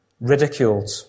ridiculed